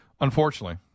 Unfortunately